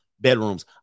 bedrooms